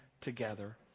together